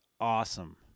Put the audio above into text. awesome